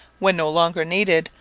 when no longer needed,